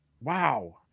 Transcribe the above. wow